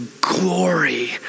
glory